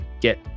get